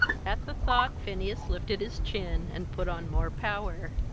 at the thought phineas lifted his chin and put on more power.